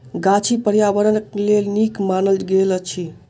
गाछी पार्यावरणक लेल नीक मानल गेल अछि